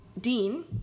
Dean